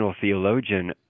theologian